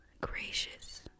gracious